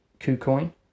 KuCoin